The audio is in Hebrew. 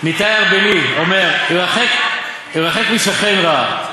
"ניתאי הארבלי אומר: הרחק משכן רע,